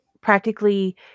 practically